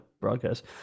broadcast